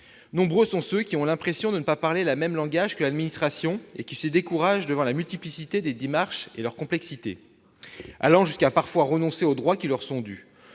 Nombreux sont ceux qui ont l'impression de ne pas parler le même langage que l'administration et qui se découragent devant la multiplicité et la complexité des démarches, allant parfois jusqu'à renoncer aux droits qui leur sont dus.